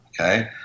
Okay